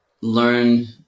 learn